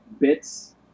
bits